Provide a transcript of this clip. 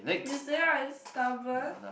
you say I stubborn